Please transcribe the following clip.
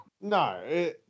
No